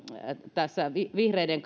tässä vihreiden